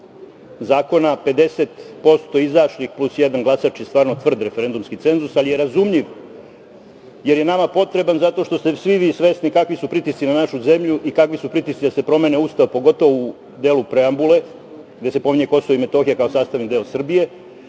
posto izašlih plus jedan glasač je stvarno tvrd referendumski cenzus, ali je razumljiv, jer je nama potreban zato što ste svi vi svesni kakvi su pritisci na našu zemlju i kakvi su pritisci da se promeni Ustav, pogotovo u delu preambule gde se pominje Kosovo i Metohija kao sastavni deo Srbije